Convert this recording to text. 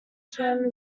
time